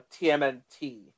TMNT